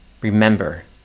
remember